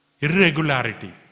irregularity